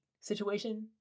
situation